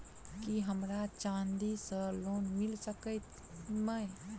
की हमरा चांदी सअ लोन मिल सकैत मे?